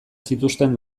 zituzten